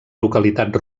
localitat